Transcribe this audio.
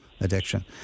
addiction